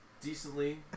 decently